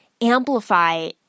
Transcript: amplify